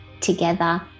together